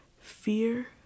Fear